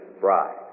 bride